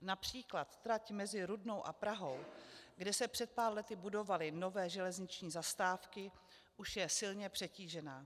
Například trať mezi Rudnou a Prahou, kde se před pár lety budovaly nové železniční zastávky, už je silně přetížená.